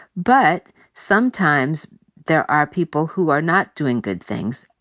but sometimes there are people who are not doing good things.